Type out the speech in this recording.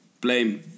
Blame